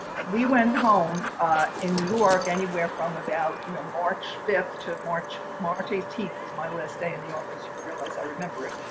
we went home in new york anywhere from about you know march to march march eighteenth was my last day in the office. you realize i remember it.